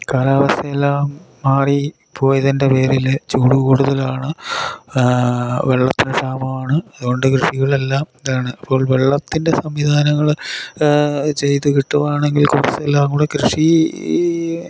കാലാവസ്ഥയെല്ലാം മാറിപ്പോയതിൻ്റെ പേരിൽ ചൂടു കൂടുതലാണ് വെള്ളത്തിനു ക്ഷാമമാണ് അതുകൊണ്ട് കൃഷികളെല്ലാം ഇതാണ് അപ്പോൾ വെള്ളത്തിൻ്റെ സംവിധാനങ്ങൾ ചെയ്തു കിട്ടുകയാണെങ്കിൽ കുറച്ചെല്ലാം കൂടി കൃഷിയെ